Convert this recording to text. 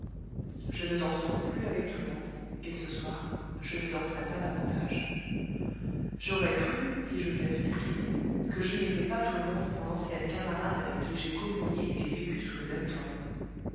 je ne danse donc plus avec tout le monde et ce soir je ne danserai pas davantage j'aurais cru dit joseph piqué que je n'étais pas tout le monde pour l'ancienne camarade avec qui j'ai communié et vécu sous le même toit